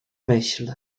myśl